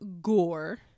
gore